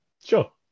sure